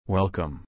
Welcome